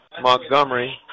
Montgomery